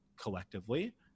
collectively